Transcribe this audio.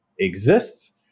exists